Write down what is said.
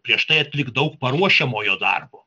prieš tai atlikti daug paruošiamojo darbo